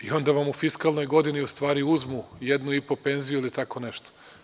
Onda vam u fiskalnoj godini u stvari uzmu jednu i po penziju ili tako nešto.